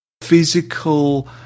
physical